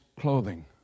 clothing